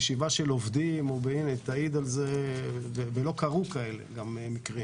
ולא קרו כאלה מקרים.